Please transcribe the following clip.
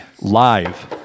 live